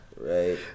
Right